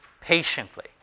patiently